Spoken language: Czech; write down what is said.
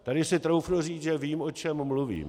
Tady si troufnu říct, že vím, o čem mluvím.